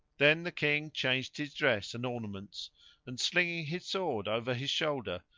then the king changed his dress and ornaments and, slinging his sword over his shoulder,